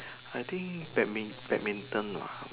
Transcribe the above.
I think badmin~ badminton lah